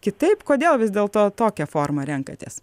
kitaip kodėl vis dėlto tokią formą renkatės